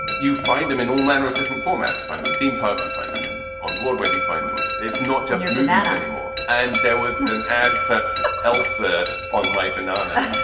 you find them in all manner of different formats. you find them in theme parks, you find them in on broadway, we find them. it's not just your movement anymore. and there was an ad for elsa on my banana